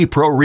Pro